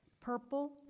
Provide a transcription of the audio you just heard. Purple